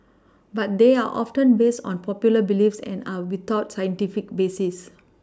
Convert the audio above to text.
but they are often based on popular beliefs and are without scientific basis